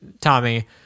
Tommy